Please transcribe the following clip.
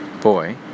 boy